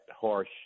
harsh